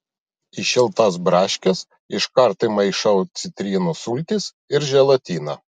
į šiltas braškes iškart įmaišau citrinų sultis ir želatiną